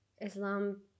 Islam